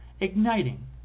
igniting